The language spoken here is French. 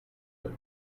eux